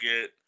get